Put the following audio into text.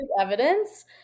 evidence